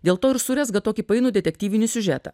dėl to ir surezga tokį painų detektyvinį siužetą